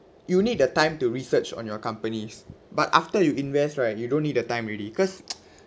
you need the time to research on your companies but after you invest right you don't need the time already cause